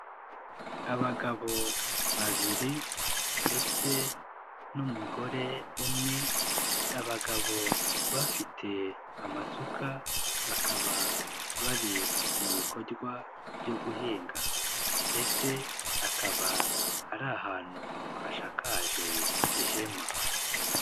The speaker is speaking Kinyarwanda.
Abagabo babiri ndetse n'umugore umwe, abagabo bafite amasuka, bakaba bari mu bikorwa byo guhinga. Ndetse akaba ari ahantu hashakaje ihema.